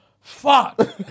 Fuck